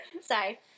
sorry